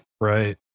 Right